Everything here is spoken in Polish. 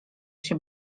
się